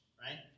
right